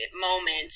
moment